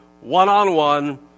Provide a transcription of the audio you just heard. one-on-one